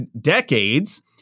decades